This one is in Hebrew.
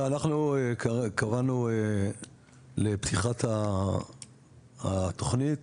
לא, אנחנו קבענו לפתיחת התוכנית